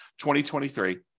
2023